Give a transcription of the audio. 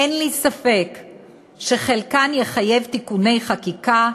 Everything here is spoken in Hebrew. אין לי ספק שחלקן יחייב תיקוני חקיקה,